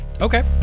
Okay